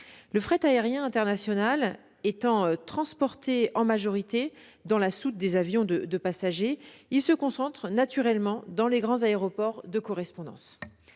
Le fret aérien international étant transporté en majorité dans la soute des avions de passagers, il se concentre naturellement dans les grands aéroports de correspondance.